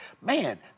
man